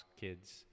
kids